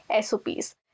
SOPs